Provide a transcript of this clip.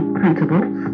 principles